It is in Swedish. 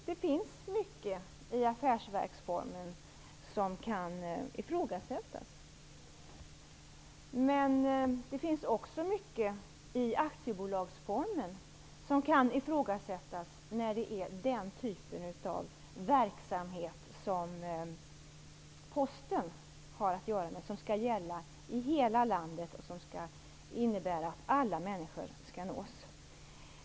Det finns mycket i affärsverksformen som kan ifrågasättas, men det finns också mycket i aktiebolagsformen som kan ifrågasättas när det gäller den typ av verksamhet som Posten bedriver. Denna verksamhet skall gälla över hela landet och innebär att alla människor skall nås.